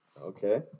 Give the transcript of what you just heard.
Okay